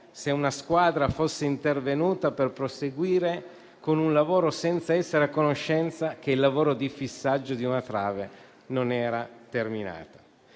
se una squadra fosse intervenuta per proseguire con un lavoro senza essere a conoscenza del fatto che il lavoro di fissaggio di una trave non era terminato.